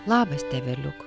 labas tėveliuk